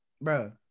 bro